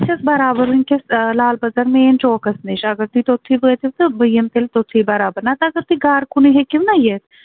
بہٕ چھَس بَرابَر وُنکٮ۪س لال بازرمیٖن چوکس نِش اگر تُہۍ توٚتتھٕے وٲتِو تہٕ بہٕ یِمہِ تیٚلہِ توٚتتھٕے برابر نَتہٕ اگر تُہۍ گرٕ کُن ہیٚکِو نا یِتھ